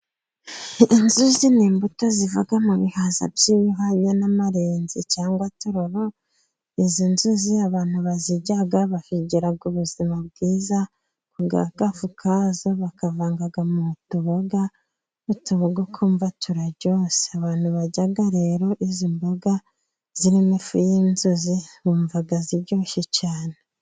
Inzuzi ni imbuto ziva mu bihaza by'amarenzi cyangwa tororo. Izi nzuzi abantu bazirya bakagira ubuzima bwiza ku bwa agafu kazo bakavanga mu tuboga n'utuvuta ukumva turaryoshye. Abantu barya rero izi mboga zirimo ifu y'inzuzi bumvaga ziryoshye cyane.